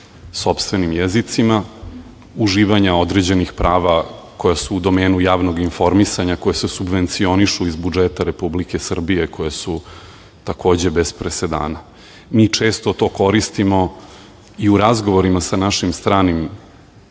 sopstvenim jezicima, uživanja određenih prava koja su u domenu javnog informisanja koja se subvencionišu iz budžeta Republike Srbije, koja su takođe bez presedana. Mi često to koristimo i u razgovorima sa našim stranim